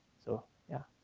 so yeah,